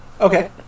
Okay